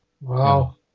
Wow